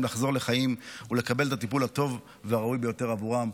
לחזור לחיים ולקבל את הטיפול הטוב והראוי ביותר עבורם.